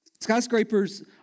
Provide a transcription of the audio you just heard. Skyscrapers